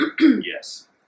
Yes